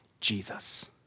Jesus